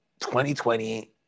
2020